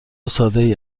سادهای